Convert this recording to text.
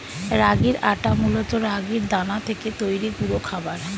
রাগির আটা মূলত রাগির দানা থেকে তৈরি গুঁড়ো খাবার